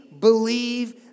believe